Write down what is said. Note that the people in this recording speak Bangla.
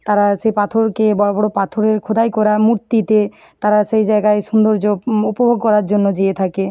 তারা সে পাথরকে বড় বড় পাথরের খোদাই করা মূর্তিতে তারা সেই জায়গায় সৌন্দর্য উপভোগ করার জন্য যেয়ে থাকে